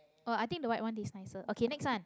oh i think the white one taste nicer okay next one